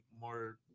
more